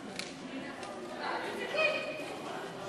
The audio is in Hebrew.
1